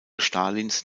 stalins